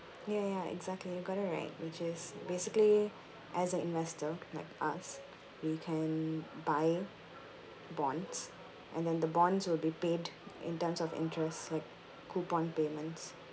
ya ya exactly you got it right which is basically as a investor like us we can buy bonds and then the bonds will be paid in terms of interest like coupon payments